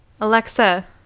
Alexa